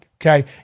Okay